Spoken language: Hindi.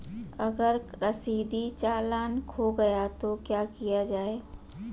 अगर रसीदी चालान खो गया तो क्या किया जाए?